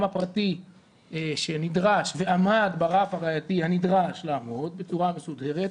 הפרטי שנדרש ועמד ברף הראייתי הנדרש לעמוד בצורה מסודרת,